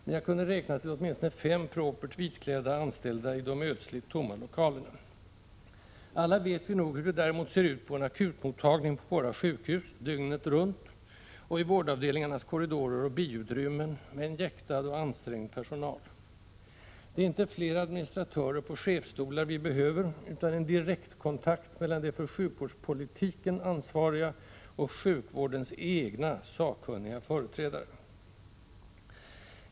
Men jag kunde räkna till åtminstone fem propert vitklädda anställda i de ödsligt tomma lokalerna. Alla vet vi nog hur det däremot ser ut på en akutmottagning på våra sjukhus, dygnet runt, och i vårdavdelningarnas korridorer och biutrymmen med en jäktad och ansträngd personal. Det är inte fler administratörer på chefstolar vi behöver utan en direktkontakt mellan de för sjukvårdspolitiken ansvariga och sjukvårdens egna sakkunniga företrädare.